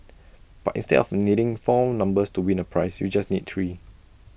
but instead of needing four numbers to win A prize you just need three